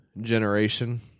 generation